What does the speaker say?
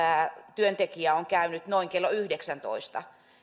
työntekijä on käynyt noin kello yhdeksäntoista